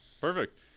perfect